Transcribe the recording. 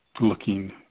looking